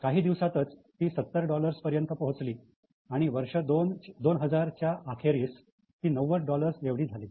काही दिवसातच ती 70 डॉलर्स पर्यंत पोहोचली आणि वर्ष 2000 च्या अखेरीस ती 90 डॉलर्स एवढी झाली